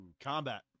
Combat